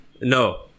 No